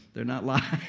they're not live.